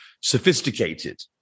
sophisticated